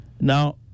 Now